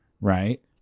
right